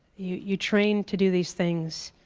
you you train to do these things,